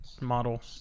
model